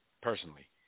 personally